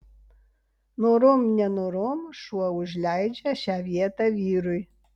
norom nenorom šuo užleidžia šią vietą vyrui